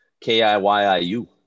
K-I-Y-I-U